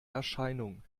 erscheinung